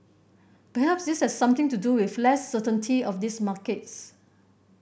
perhaps this has something to do with less certainty of these markets